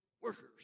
workers